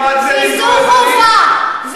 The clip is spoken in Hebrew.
וזו חובה,